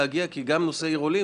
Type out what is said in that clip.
על עיר עולים